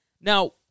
Now